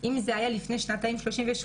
אם לפני שנתיים בנות היו פונות בגיל